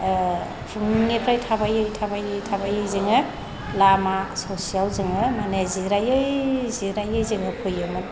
फुंनिफ्राय थाबायै थाबायै थाबायै जोङो लामा ससेयाव जोङो माने जिरायै जिरायै जोङो फैयोमोन